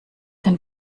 den